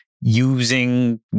Using